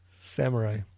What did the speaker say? Samurai